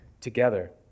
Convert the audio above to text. together